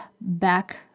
back